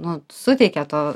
nu suteikia to